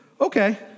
okay